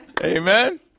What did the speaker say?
Amen